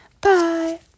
Bye